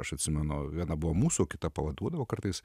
aš atsimenu viena buvo mūsų kitą pavaduodavo kartais